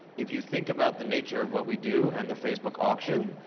if you think about the nature of what we do and the facebook auction,